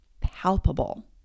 palpable